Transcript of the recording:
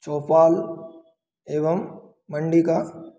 चौपाल एवं मंडी का